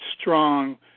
strong